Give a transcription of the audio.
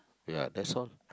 ya that's all